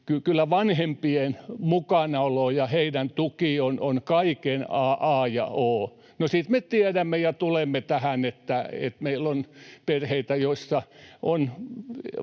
Kyllä vanhempien mukanaolo ja heidän tuki on kaiken a ja o. No sitten me tiedämme ja tulemme tähän, että meillä on perheitä, joissa on